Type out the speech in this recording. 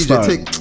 take